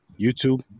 YouTube